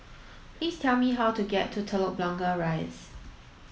please tell me how to get to Telok Blangah Rise